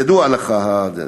ידוע לך על זה?